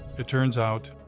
it turns out,